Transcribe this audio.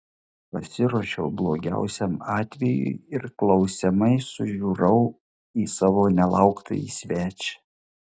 pasiruošiau blogiausiam atvejui ir klausiamai sužiurau į savo nelauktąjį svečią